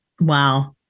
Wow